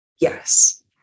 Yes